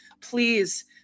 please